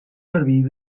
servir